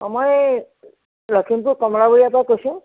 অঁ মই এই লখিমপুৰ কমলাবৰীয়াৰ পৰা কৈছোঁ